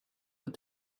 but